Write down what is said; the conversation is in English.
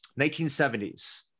1970s